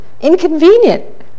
Inconvenient